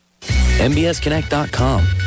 MBSConnect.com